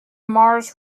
mars